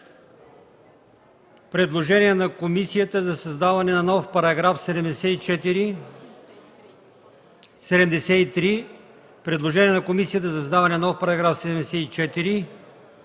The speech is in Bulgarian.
предложение на комисията за създаване на нов § 74,